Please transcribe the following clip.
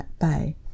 Bay